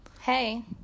hey